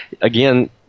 again –